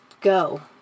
go